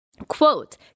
Quote